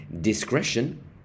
discretion